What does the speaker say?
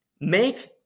make